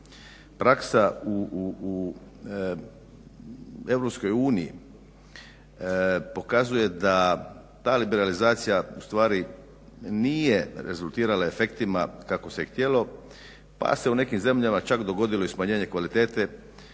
praksa u EU pokazuje da ta liberalizacija ustvari nije rezultirala efektima kako se htjelo pa se u nekim zemljama dogodilo čak i smanjenje kvalitete